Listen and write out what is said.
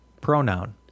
pronoun